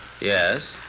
Yes